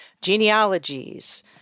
genealogies